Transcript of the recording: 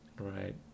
Right